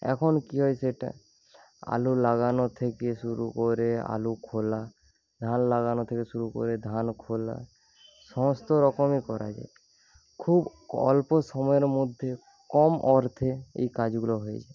এখন কি হয় সেটা আলু লাগানো থেকে শুরু করে আলু খোলা ধান লাগানো থেকে শুরু করে ধান খোলা সমস্ত রকমই করা যায় খুব অল্প সময়ের মধ্যে কম অর্থে এই কাজগুলো হয়ে যায়